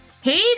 Hey